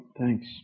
Thanks